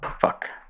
Fuck